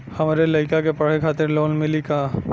हमरे लयिका के पढ़े खातिर लोन मिलि का?